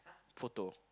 photo